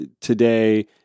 today